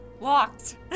locked